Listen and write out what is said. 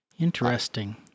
Interesting